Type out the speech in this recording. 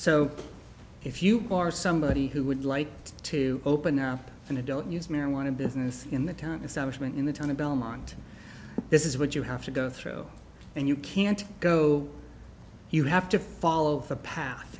so if you are somebody who would like to open up an adult use marijuana business in the town establishment in the town of belmont this is what you have to go through and you can't go you have to follow the pa